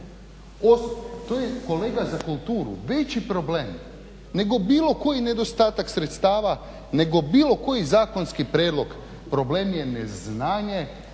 To je kolega za kulturu veći problem nego bilo koji nedostatak sredstava, nego bilo koji zakonski prijedlog, problem je neznanje